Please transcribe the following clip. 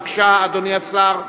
בבקשה, אדוני השר.